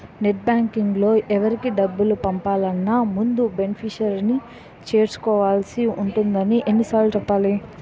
net బాంకింగ్లో ఎవరికి డబ్బులు పంపాలన్నా ముందు బెనిఫిషరీని చేర్చుకోవాల్సి ఉంటుందని ఎన్ని సార్లు చెప్పాలి